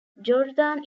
jordan